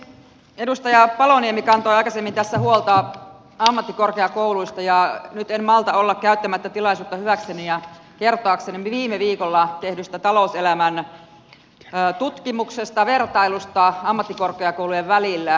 edustaja paloniemi kantoi aikaisemmin tässä huolta ammattikorkeakouluista ja nyt en malta olla käyttämättä tilaisuutta hyväkseni kertoakseni viime viikolla tehdystä talouselämän tutkimuksesta vertailusta ammattikorkeakoulujen välillä